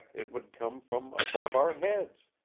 it would come from above our heads